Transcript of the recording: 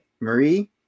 Marie